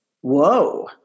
Whoa